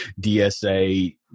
DSA